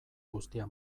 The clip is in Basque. guztia